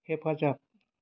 हेफाजाब